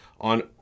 on